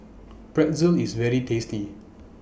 Pretzel IS very tasty